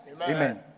Amen